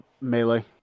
melee